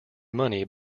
money